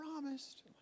promised